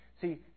See